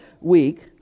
week